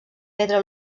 pedra